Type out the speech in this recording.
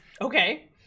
Okay